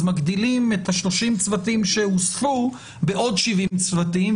אז מגדילים את ה-30 צוותים שהוספו בעוד 70 צוותים,